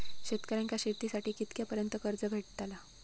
शेतकऱ्यांका शेतीसाठी कितक्या पर्यंत कर्ज भेटताला?